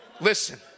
Listen